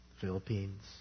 Philippines